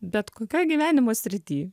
bet kokioj gyvenimo srity